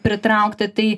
pritraukti tai